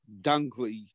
Dunkley